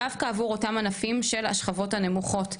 דווקא עבור אותם ענפים של השכבות הנמוכות .